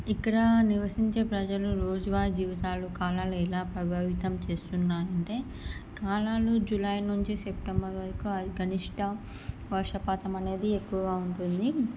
ఇక్కడ నివసించే ప్రజలు రోజువారీ జీవితాలు కాలాలు ఎలా ప్రభావితం చేస్తున్నాయంటే కాలాలు జూలై నుంచి సెప్టెంబర్ వరకు అది కనిష్ట వర్షపాతం అనేది ఎక్కువగా ఉంటుంది